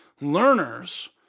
Learners